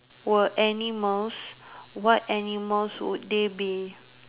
were animals what animals would they be